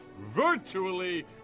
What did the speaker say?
virtually